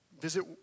visit